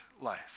life